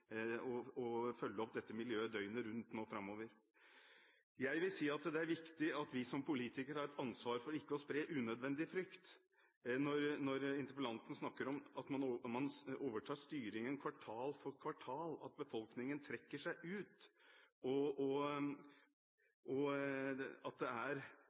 og følge opp dette miljøet døgnet rundt framover. Jeg vil si det er viktig at vi som politikere har et ansvar for ikke å spre unødvendig frykt. Når interpellanten snakker om at gjenger overtar styringen kvartal for kvartal, at befolkningen trekker seg ut, og at gjenger er